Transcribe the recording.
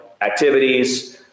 activities